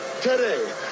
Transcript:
today